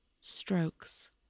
strokes